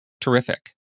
terrific